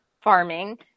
farming